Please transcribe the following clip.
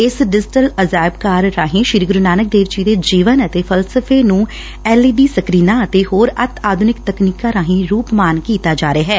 ਇਸ ਡਿਜੀਟਲ ਅਜਾਇਬ ਘਰ ਰਾਹੀਂ ਸ੍ਰੀ ਗੁਰੂ ਨਾਨਕ ਦੇਵ ਜੀ ਦੇ ਜੀਵਨ ਅਤੇ ਫਸਲਫੇ ਨੁੰ ਐਲ ਈ ਡੀ ਸਕਰੀਨਾਂ ਅਤੇ ਹੋਰ ਅਤਿ ਆਧੁਨਿਕ ਤਕਨੀਕਾਂ ਰਾਹੀਂ ਰੁਪਮਾਨ ਕੀਤਾ ਜਾ ਰਿਹੈ